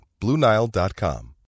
BlueNile.com